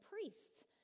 priests